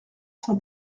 cent